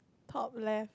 top left